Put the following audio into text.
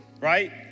right